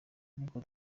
niko